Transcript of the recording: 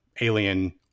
alien